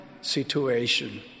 situation